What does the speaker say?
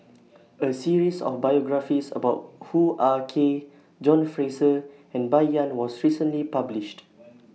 A series of biographies about Hoo Ah Kay John Fraser and Bai Yan was recently published